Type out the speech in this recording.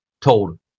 told